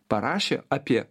parašė apie